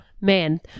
man